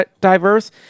diverse